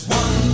one